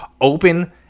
open